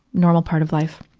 normal part of life,